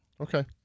Okay